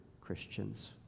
Christians